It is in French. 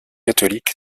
catholique